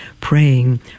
praying